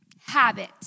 habit